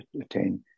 attain